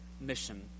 mission